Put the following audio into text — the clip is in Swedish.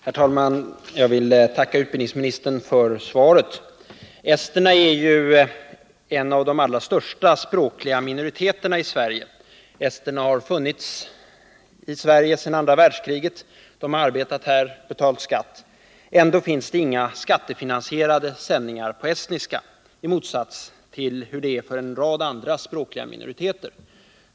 Herr talman! Jag vill tacka utbildningsministern för svaret. Esterna är en av de allra största språkliga minoriteterna i Sverige. Esterna har funnits i Sverige sedan andra världskriget, de har arbetat här och betalat skatt. Ändå finns det inga skattefinansierade sändningar i radio på estniska — i motsats till hur det är för en rad andra språkliga minoriteter.